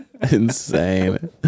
insane